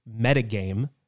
metagame